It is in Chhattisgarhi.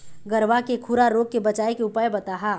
गरवा के खुरा रोग के बचाए के उपाय बताहा?